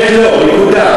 לא אמרת אבל זה משתמע.